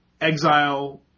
exile